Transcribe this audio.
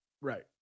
Right